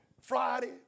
Friday